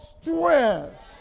strength